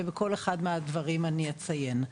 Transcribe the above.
ובכל אחד מהדברים אציין.